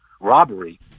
robbery